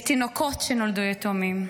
יש תינוקות שנולדו יתומים,